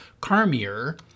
Carmier